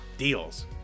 deals